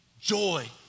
joy